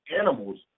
animals